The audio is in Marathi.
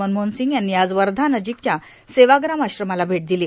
मनमोहन सिंग यांनी आज वर्धा नजिकच्या सेवाग्राम आश्रमाला भेट दिली